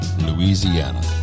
Louisiana